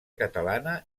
catalana